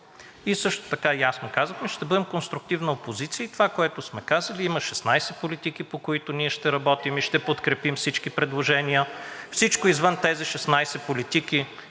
И също така ясно казахме: ще бъдем конструктивна опозиция. Това, което сме казали, има 16 политики, по които ние ще работим и ще подкрепим всички предложения. Всичко извън тези 16 политики –